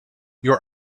your